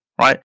right